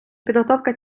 підготовка